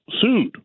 sued